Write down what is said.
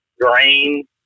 grain